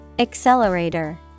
Accelerator